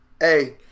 hey